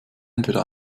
entweder